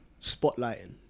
spotlighting